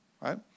Right